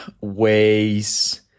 ways